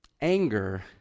Anger